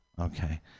Okay